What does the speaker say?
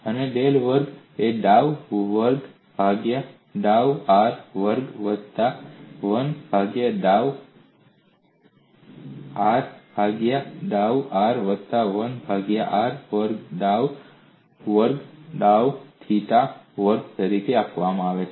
અને ડેલ વર્ગને ડાઉ વર્ગ ભાગ્યા ડાઉ r વર્ગ વત્તા 1 ભાગ્યા r ડાઉ ભાગ્યા ડાઉ r વત્તા 1 ભાગ્યા r વર્ગ ડાઉ વર્ગ ડાઉ થીટા વર્ગ તરીકે આપવામાં આવે છે